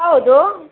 ಹೌದು